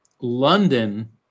London